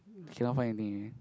cannot find anything already